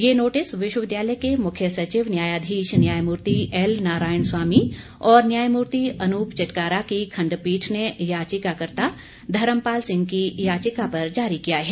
ये नोटिस विश्वविद्यालय के मुख्य न्यायाधीश न्यायमूर्ति एल नारायण स्वामी और न्याय मूर्ति अनूप चिटकारा की खंडपीठ ने याचिकाकर्ता धर्मपाल सिंह की याचिका पर जारी किया है